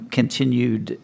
continued